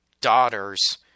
daughters